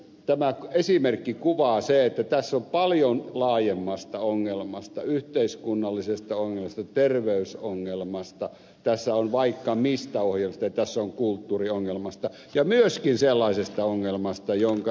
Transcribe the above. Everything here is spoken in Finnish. tämä esimerkki kuvaa sen että tässä on kyse paljon laajemmasta ongelmasta yhteiskunnallisesta ongelmasta terveysongelmasta tässä on kyse vaikka mistä ongelmasta ja tässä on kyse kulttuuriongelmasta ja myöskin sellaisesta ongelmasta jonka ed